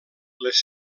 les